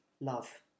love